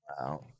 Wow